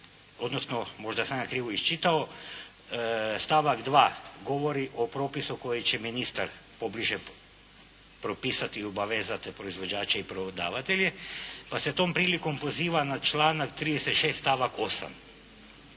odnosno možda sam ja krivo iščitao. Stavak 2. govori o propisu koji će ministar pobliže propisati i obavezati proizvođače i prodavatelje, pa se tom prilikom poziva na članak 36. stavak 8.